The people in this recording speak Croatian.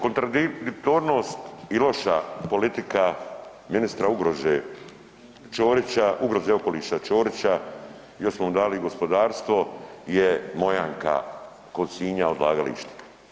Kontradiktornost i loša politika ministra ugroze Ćorića, ugroze okoliša Ćorića i još smo mu dali i gospodarstvo je Mojanka kod Sinja odlagalište.